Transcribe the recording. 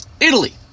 Italy